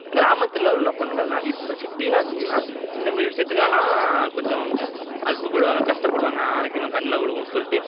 கிராமத்தில் உள்ள பெண்கள்லாம் இப்போ சிட்டினால் வச்சிங்களேன் இந்தமாரி விஷயத்துக்காகலாம் கொஞ்சம் அலுப்புப்படுவாங்க கஷ்டப்படுவாங்க அரைக்கணும் கண்ல விழுவும் சொல்லிட்டு